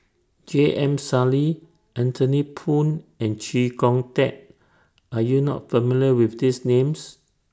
J M Sali Anthony Poon and Chee Kong Tet Are YOU not familiar with These Names